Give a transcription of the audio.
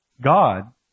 God